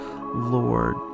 Lord